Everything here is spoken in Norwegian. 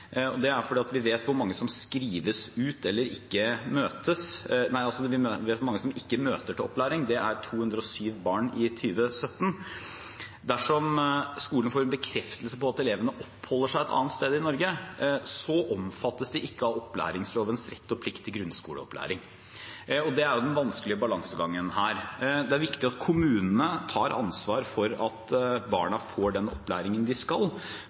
Det er mange som ikke møter til opplæring – 207 barn i 2017. Dersom skolen får en bekreftelse på at elevene oppholder seg et annet sted enn i Norge, omfattes de ikke av opplæringslovens rett og plikt til grunnskoleopplæring. Det er den vanskelige balansegangen her. Det er viktig at kommunene tar ansvar for at barna får den opplæringen de skal